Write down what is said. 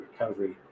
recovery